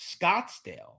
Scottsdale